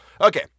Okay